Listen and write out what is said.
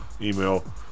email